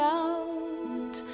out